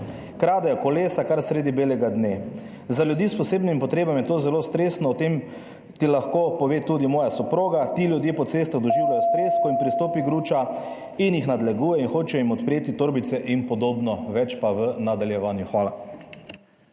Kradejo kolesa kar sredi belega dne. Za ljudi s posebnimi potrebami je to zelo stresno, o tem ti lahko pove tudi moja soproga. Ti ljudje po cestah doživljajo stres, ko jim pristopi gruča in jih nadleguje in hoče jim odpreti torbice, in podobno. Več pa v nadaljevanju. Hvala.